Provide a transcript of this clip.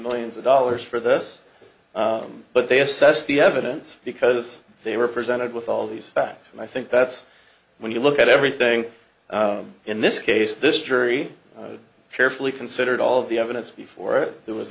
millions of dollars for this but they assessed the evidence because they were presented with all these facts and i think that's when you look at everything in this case this jury carefully considered all of the evidence before there was